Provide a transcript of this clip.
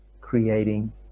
creating